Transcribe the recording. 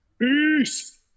Peace